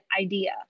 idea